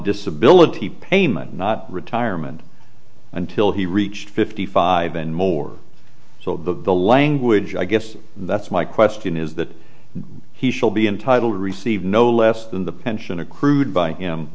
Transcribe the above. disability payment not retirement until he reached fifty five and more so the language i guess that's my question is that he shall be entitled to receive no less than the pension accrued by him